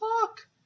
fuck